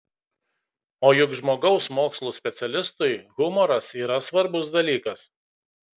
o juk žmogaus mokslų specialistui humoras yra svarbus dalykas